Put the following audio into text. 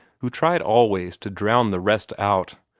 who tried always to drown the rest out,